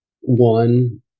one